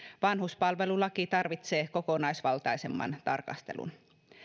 vanhuspalvelulaki tarvitsee kokonaisvaltaisemman tarkastelun